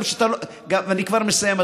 אני כבר מסיים,